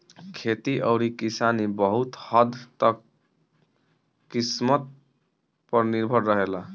खेती अउरी किसानी बहुत हद्द तक किस्मत पर निर्भर रहेला